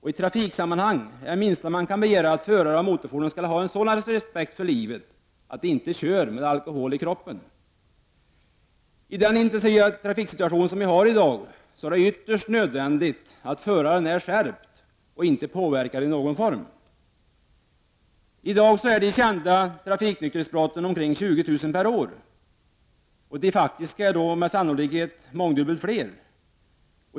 I trafiksammanhang är det minsta man kan begära att förare av motorfordon skall ha en sådan respekt för livet att de inte kör med alkohol i kroppen. I den intensiva trafiksituation som vi i dag har är det ytterst nödvändigt att föraren är skärpt och inte påverkad i någon form. I dag är de kända trafiknykterhetsbrotten omkring 20 000 per år. De faktiska är med sannolikhet mångdubbelt fler.